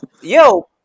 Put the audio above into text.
Yo